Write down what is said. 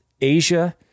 Asia